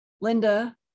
Linda